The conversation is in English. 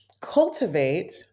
cultivate